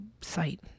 site